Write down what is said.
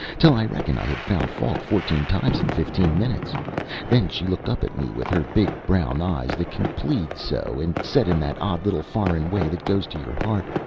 till i reckon i had found fault fourteen times in fifteen minutes then she looked up at me with her big brown eyes that can plead so, and said in that odd little foreign way that goes to your heart,